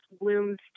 blooms